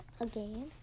again